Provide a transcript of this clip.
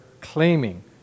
claiming